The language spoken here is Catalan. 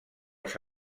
els